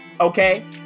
Okay